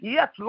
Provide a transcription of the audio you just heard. Yes